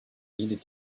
needed